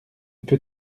peux